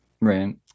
Right